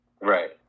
Right